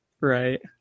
Right